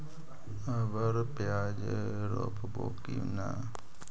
अबर प्याज रोप्बो की नय?